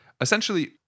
Essentially